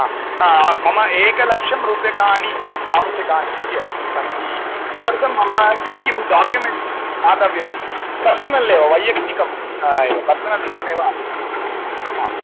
हा मम एकलक्षं रूप्यकाणि आवश्यकानि च सन्ति तदर्थं मम किं किं डोक्युमेण्ट् दातव्यं पर्सनल् एव वैक्तिकम् एव पर्सनल् लोन् एव अपेक्षितम् आम्